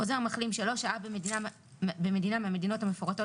" חוזר מחלים שלא שהה במדינה מהמדינות המפורטות